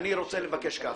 אני רוצה לבקש ככה,